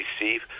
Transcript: receive